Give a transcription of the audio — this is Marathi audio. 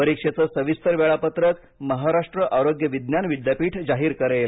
परीक्षेचं सविस्तर वेळापत्रक महाराष्ट्र आरोग्य विज्ञान विद्यापीठ जाहीर करेल